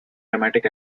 dramatic